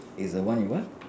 is the one you what